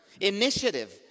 initiative